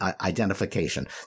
identification